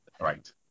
right